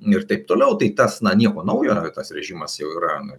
ir taip toliau tai tas na nieko naujo ir tas režimas jau yra